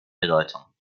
bedeutung